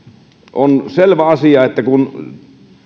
on selvä asia että kun